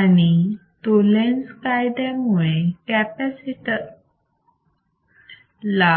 आणि तो Lenz lenz's कायद्यामुळे कॅपॅसिटर ला